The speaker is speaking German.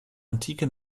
antike